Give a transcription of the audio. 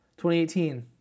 2018